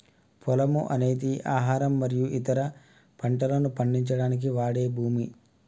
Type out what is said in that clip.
పొలము అనేది ఆహారం మరియు ఇతర పంటలను పండించడానికి వాడే భూమి